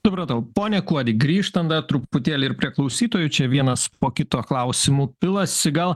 supratau pone kuodi grįžtant dar truputėlį ir prie klausytojų čia vienas po kito klausimų pilasi gal